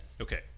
Okay